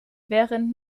während